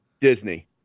Disney